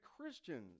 Christians